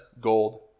gold